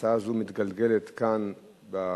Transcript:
שההצעה הזו מתגלגלת כאן במליאה,